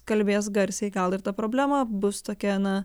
kalbės garsiai gal ir ta problema bus tokia na